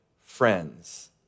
friends